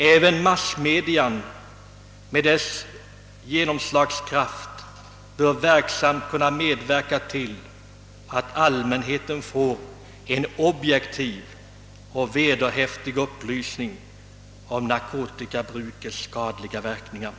Även massmedia med sin genomslagskraft bör verksamt kunna bidra till att ge allmänheten en objektiv och vederhäftig upplysning om narkotikabrukets skadliga verkningar.